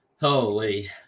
Holy